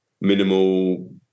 minimal